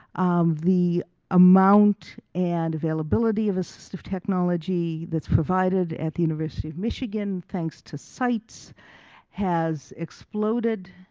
the amount and availability of assistive technology that's provided at the university of michigan thanks to sites has exploded.